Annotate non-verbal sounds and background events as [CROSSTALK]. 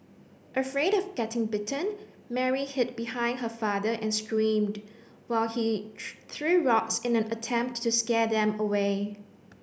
afraid of getting bitten Mary hid behind her father and screamed while he [UNINTELLIGIBLE] threw rocks in an attempt to scare them away